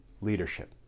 leadership